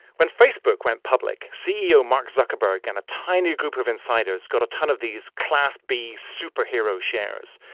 when facebook went public, ceo mark zuckerberg and a tiny group of insiders got a ton of these class b superhero shares,